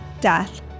death